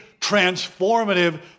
transformative